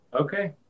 Okay